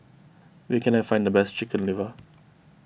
where can I find the best Chicken Liver